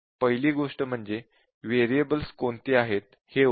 पहिली गोष्ट म्हणजे व्हेरिएबल्स कोणते आहेत हे ओळखणे